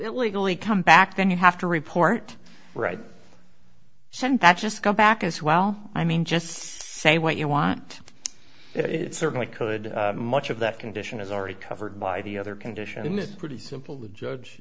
illegally come back then you have to report right so just come back as well i mean just say what you want it certainly could much of that condition is already covered by the other condition is pretty simple the judge